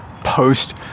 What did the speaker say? post